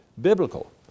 biblical